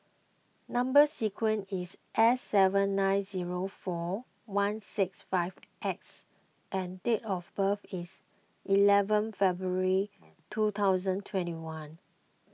Number Sequence is S seven nine zero four one six five X and date of birth is eleven February two thousand twenty one